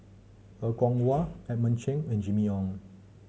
Er Kwong Wah Edmund Cheng and Jimmy Ong